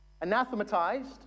anathematized